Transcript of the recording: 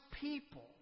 people